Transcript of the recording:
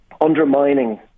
undermining